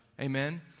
Amen